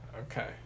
Okay